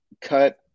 cut